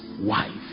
wife